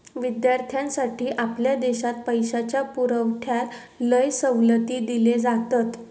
विद्यार्थ्यांसाठी आपल्या देशात पैशाच्या पुरवठ्यात लय सवलती दिले जातत